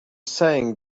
saying